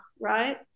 right